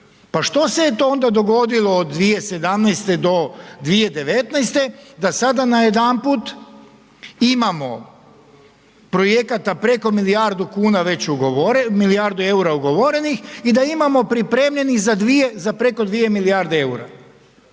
Pa što se je to onda dogodilo od 2017. do 2019. da sada najedanput imamo projekata preko milijardu kuna već, milijardu EUR-a ugovorenih i da imamo pripremljenih za 2, za preko 2 milijarde EUR-a.